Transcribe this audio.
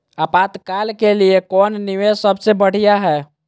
आपातकाल के लिए कौन निवेस सबसे बढ़िया है?